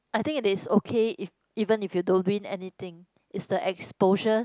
I think it is okay if even if you don't win anything it's the exposure